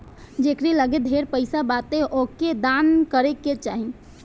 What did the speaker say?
जेकरी लगे ढेर पईसा बाटे ओके दान करे के चाही